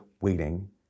waiting